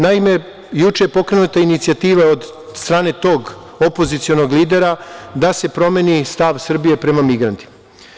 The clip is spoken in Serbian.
Naime, juče je pokrenuta inicijativa od strane tog opozicionog lidera da se promeni stav Srbije prema migrantima.